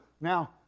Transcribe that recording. Now